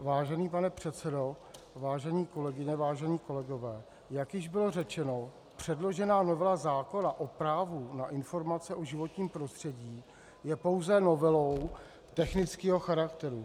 Vážený pane předsedo, vážené kolegyně, vážení kolegové, jak již bylo řečeno, předložená novela zákona o právu na informace o životním prostředí je pouze novelou technického charakteru.